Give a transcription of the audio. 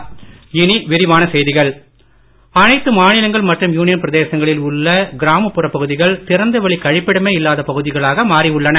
கழிப்பிடம் அனைத்து மாநிலங்கள் மற்றும் யூனியன் பிரதேசங்களில் உள்ள கிராமப்புற பகுதிகள் திறந்தவெளி கழிப்பிடமே இல்லாத பகுதிகளாக மாறி உள்ளது